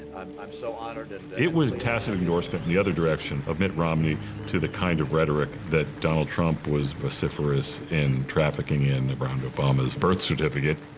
i'm so honored, and. it was a tacit endorsement in the other direction of mitt romney to the kind of rhetoric that donald trump was vociferous in trafficking in around obama's birth certificate